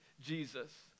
Jesus